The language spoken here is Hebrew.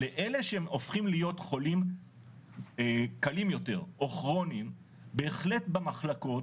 לאלה שהם הופכים להיות חולים קלים יותר או כרוניים בהחלט במחלקות